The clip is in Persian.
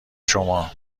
شما